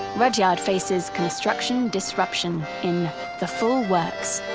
rudyard faces construction disruption in the full works,